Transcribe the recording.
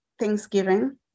Thanksgiving